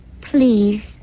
Please